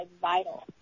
vital